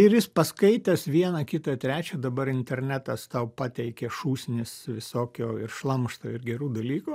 ir jis paskaitęs vieną kitą trečią dabar internetas tau pateikia šūsnis visokio ir šlamšto ir gerų dalykų